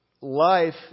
life